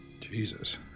Jesus